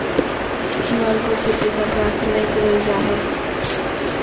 Q R code से पैसा प्राप्त नयय करल जा हइ